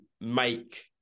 make